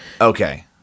Okay